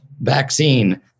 vaccine